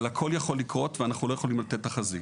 אבל הכול יכול לקרות ואנחנו לא יכולים לתת תחזית.